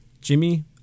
Jimmy